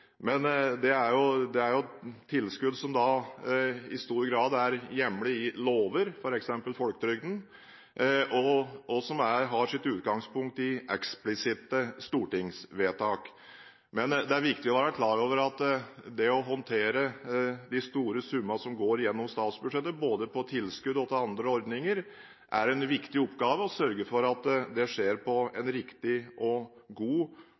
men det er tilskudd som i stor grad er hjemlet i lover – f.eks. folketrygden – og som har sitt utgangspunkt i eksplisitte stortingsvedtak. Det er viktig å være klar over at når det gjelder det å håndtere de store summene som går gjennom statsbudsjettet – både til tilskudd og til andre ordninger – er en viktig oppgave å sørge for at det skjer på en riktig og god